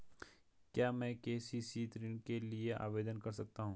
क्या मैं के.सी.सी ऋण के लिए आवेदन कर सकता हूँ?